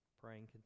Praying